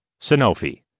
Sanofi